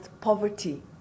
poverty